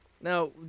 Now